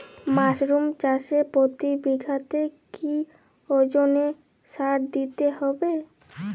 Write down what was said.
Mushroom চাষে প্রতি বিঘাতে কি ওজনে সার দিতে হবে?